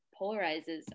polarizes